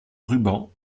ruban